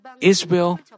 Israel